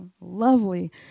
lovely